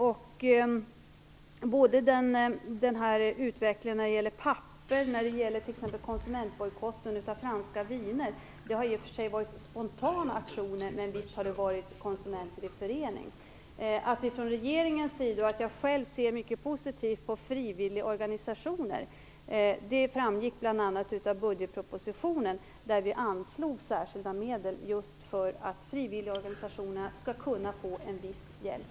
Aktionerna när det gäller papper och t.ex. konsumentbojkotten av franska viner har i och för sig varit spontana, men visst har de gjorts av konsumenter i förening. Att regeringen och jag själv ser mycket positivt på frivilligorganisationer framgick bl.a. av budgetpropositionen, där vi anslog särskilda medel just för att frivilligorganisationerna skall kunna få en viss hjälp.